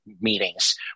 meetings